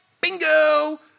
bingo